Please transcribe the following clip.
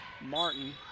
Martin